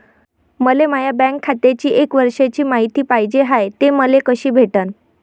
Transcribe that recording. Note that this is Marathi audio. मले माया बँक खात्याची एक वर्षाची मायती पाहिजे हाय, ते मले कसी भेटनं?